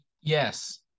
yes